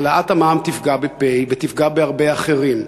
העלאת המע"מ תפגע בפ' ותפגע בהרבה אחרים.